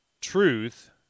truth